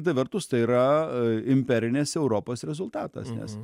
kita vertus tai yra a imperinės europos rezultatas nes